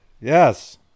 Yes